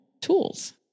tools